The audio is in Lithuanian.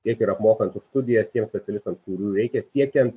tiek ir apmokant už studijas tiems specialistams kurių reikia siekiant